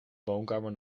woonkamer